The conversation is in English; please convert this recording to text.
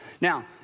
Now